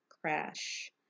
crash